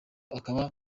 akaba